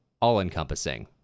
all-encompassing